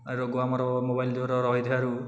ରୋଗ ଆମର ମୋବାଇଲ୍ ଦେହରେ ରହିଥିବାରୁ